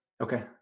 okay